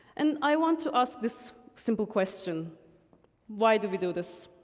and i want to ask this simple question why do we do this?